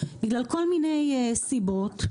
בגלל כל מיני סיבות,